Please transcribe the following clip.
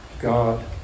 God